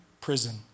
prison